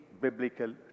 biblical